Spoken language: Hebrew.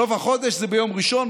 סוף החודש זה ביום ראשון,